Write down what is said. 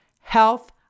health